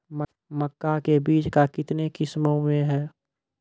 मक्का के बीज का कितने किसमें हैं?